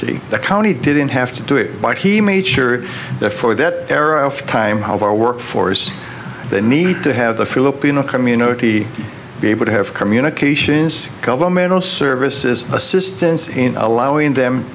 to the county didn't have to do it but he made sure that for that era of time how our workforce they need to have the filipino community be able to have communications governmental services assistance in allowing them